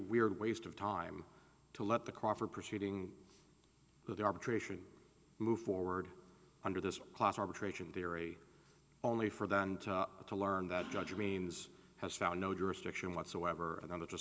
weird waste of time to let the crawford proceeding with an arbitration move forward under this class arbitration theory only for them to learn that judge means has found no jurisdiction whatsoever and